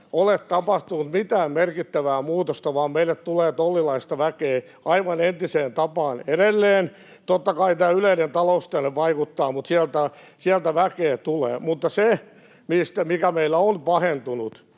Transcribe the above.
ole tapahtunut mitään merkittävää muutosta, vaan meille tulee TTOLilaista väkeä aivan entiseen tapaan. Edelleen, totta kai, tämä yleinen taloustilanne vaikuttaa, mutta sieltä väkeä tulee. Mutta se, mikä meillä on pahentunut